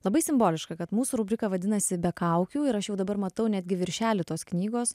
labai simboliška kad mūsų rubrika vadinasi be kaukių ir aš jau dabar matau netgi viršelį tos knygos